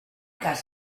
cas